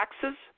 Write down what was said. taxes